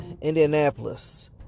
Indianapolis